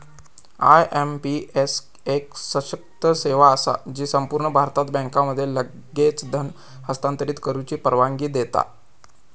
IMPS एक सशक्त सेवा असा जी संपूर्ण भारतात बँकांमध्ये लगेच धन हस्तांतरित करुची परवानगी देता